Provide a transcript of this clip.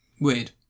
Weird